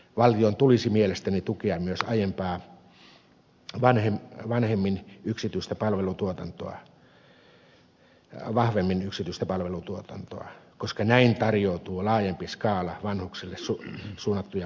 valtion tulisi mielestäni tukea myös aiempaa vahvemmin yksityistä palvelutuotantoa koska näin tarjoutuu laajempi skaala vanhuksille suunnattuja palveluja